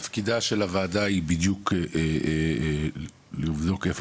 תפקידה של הוועדה הוא בדיוק לבדוק איפה